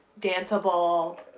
danceable